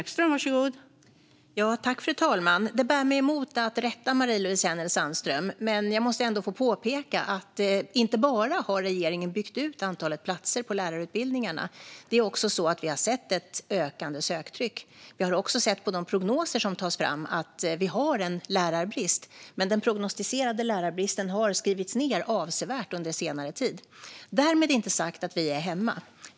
Fru talman! Det bär mig emot att rätta Marie-Louise Hänel Sandström, men jag måste ändå få påpeka att inte bara har regeringen byggt ut antalet platser på lärarutbildningarna, utan vi har också sett ett ökande söktryck. På de prognoser som tas fram har vi också sett att vi har en lärarbrist, men den prognostiserade lärarbristen har skrivits ned avsevärt under senare tid. Därmed inte sagt att vi är hemma.